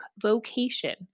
vocation